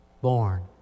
born